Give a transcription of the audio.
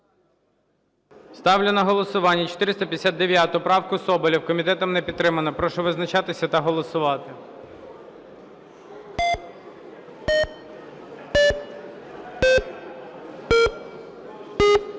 Ставлю на голосування 459 правку, Соболєв. Комітетом не підтримана. Прошу визначатися та голосувати.